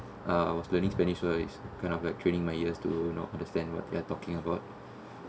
uh I was learning spanish so is kind of like training my ears to you know understand what they're talking about so